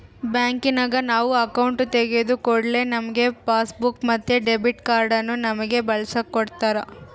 ಬ್ಯಾಂಕಿನಗ ನಾವು ಅಕೌಂಟು ತೆಗಿದ ಕೂಡ್ಲೆ ನಮ್ಗೆ ಪಾಸ್ಬುಕ್ ಮತ್ತೆ ಡೆಬಿಟ್ ಕಾರ್ಡನ್ನ ನಮ್ಮಗೆ ಬಳಸಕ ಕೊಡತ್ತಾರ